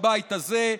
בבית הזה,